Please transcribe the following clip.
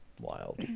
wild